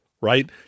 right